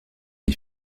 les